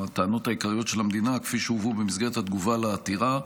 של המדינה כפי שהובאו במסגרת התגובה לעתירה,